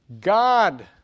God